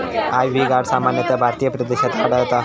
ivy gourd सामान्यतः भारतीय प्रदेशात आढळता